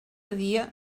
dia